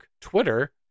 Twitter